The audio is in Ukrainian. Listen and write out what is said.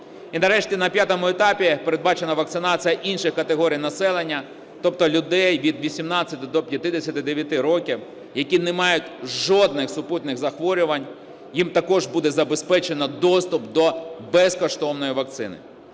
І нарешті на п'ятому етапі передбачена вакцинація інших категорій населення, тобто людей від 18 до 59 років, які не мають жодних супутніх захворювань. Їм також буде забезпечено доступ до безкоштовної вакцини.